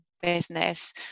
business